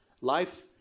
Life